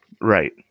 Right